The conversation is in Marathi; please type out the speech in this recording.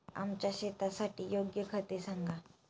आमच्या शेतासाठी योग्य खते सांगा